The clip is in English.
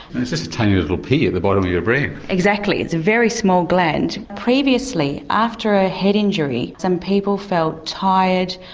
it's just a tiny little pea at the bottom of your brain. exactly, it's a very small gland. previously after a head injury some people felt tired,